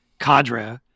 cadre